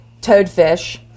Toadfish